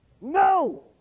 No